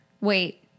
Wait